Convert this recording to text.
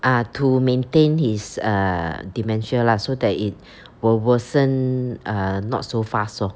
ah to maintain his err dementia lah so that it will worsen uh not so fast lor